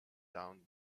down